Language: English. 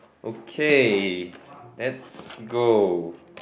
okay let's go